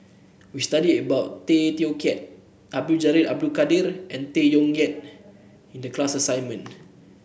we studied about Tay Teow Kiat Abdul Jalil Abdul Kadir and Tay Koh Yat in the class assignment